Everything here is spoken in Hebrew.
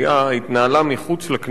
מתנהלת מחוץ לכנסת